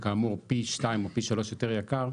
שכאמור פי שניים או פי שלוש יותר יקר,